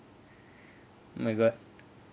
my god